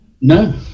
No